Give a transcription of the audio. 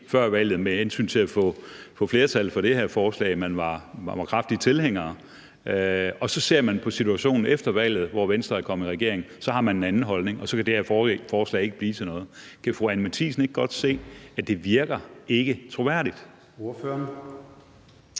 før valget med hensyn til at få flertal for det her forslag, for Venstre var kraftig tilhænger – og når ser de på situationen efter valget, hvor Venstre er kommet i regering, ser de, at man har en anden holdning, og så kan det her forslag ikke blive til noget. Kan fru Anni Matthiesen ikke godt se, at det ikke virker troværdigt?